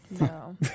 No